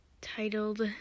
titled